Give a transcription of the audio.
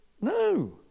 No